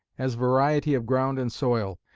as variety of ground and soil,